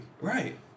right